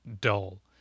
dull